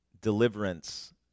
deliverance